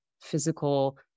physical